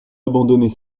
abandonner